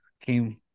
came